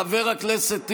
חבר הכנסת טיבי,